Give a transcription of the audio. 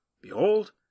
Behold